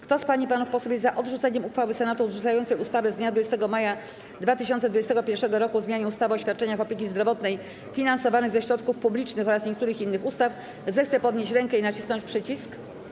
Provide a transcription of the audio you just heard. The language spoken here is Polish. Kto z pań i panów posłów jest za odrzuceniem uchwały Senatu odrzucającej ustawę z dnia 20 maja 2021 r. o zmianie ustawy o świadczeniach opieki zdrowotnej finansowanych ze środków publicznych oraz niektórych innych ustaw, zechce podnieść rękę i nacisnąć przycisk.